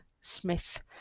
Smith